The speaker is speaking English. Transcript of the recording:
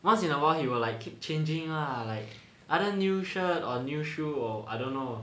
once in a while he will like keep changing lah like other new shirt or new shoe or I don't know